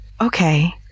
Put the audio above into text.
Okay